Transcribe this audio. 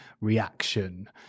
reaction